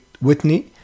Whitney